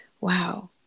wow